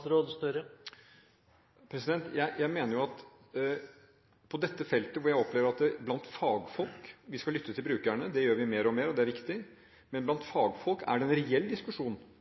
rusomsorgen? På dette feltet opplever jeg at det blant fagfolk – vi skal også lytte til brukerne, det gjør vi mer og mer, og det er